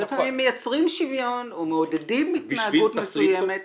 הרבה פעמים מייצרים שוויון או מעודדים התנהגות מסוימת.